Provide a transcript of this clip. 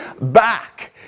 back